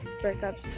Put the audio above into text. breakups